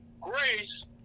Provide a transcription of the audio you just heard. grace